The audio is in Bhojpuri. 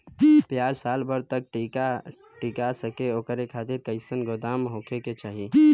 प्याज साल भर तक टीका सके ओकरे खातीर कइसन गोदाम होके के चाही?